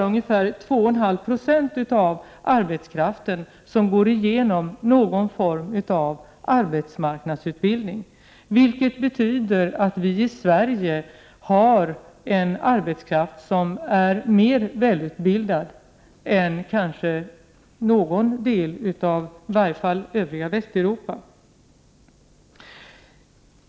ungefär 2,5 20 av arbetskraften igenom någon form av arbetsmarknadsutbildning — och så kommer att vara fallet också under det kommande året — vilket betyder att vi i Sverige har en arbetskraft som är mer välutbildad än kanske i någon annan del av i varje fall övriga Västeuropa.